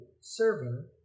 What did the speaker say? serving